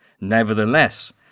Nevertheless